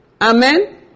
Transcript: Amen